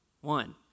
one